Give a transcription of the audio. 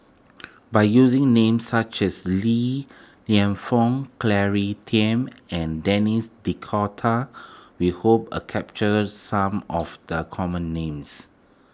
by using names such as Li Lienfung Claire Tiam and Denis D'Cotta we hope a capture some of the common names